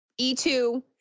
E2